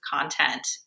content